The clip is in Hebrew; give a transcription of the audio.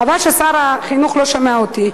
חבל ששר החינוך לא שומע אותי,